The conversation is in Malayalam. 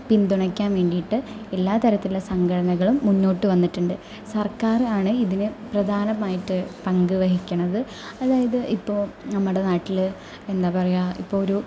പിന്തുണയ്ക്കാൻ വേണ്ടിയിട്ട് എല്ലാ തരത്തിലുള്ള സംഘടനകളും മുന്നോട്ടു വന്നിട്ടുണ്ട് സർക്കാരാണ് ഇതിന് പ്രധാനമായിട്ട് പങ്കുവഹിക്കണത് അതായത് ഇപ്പോൾ നമ്മുടെ നാട്ടില് എന്താ പറയുക ഇപ്പോൾ ഒരു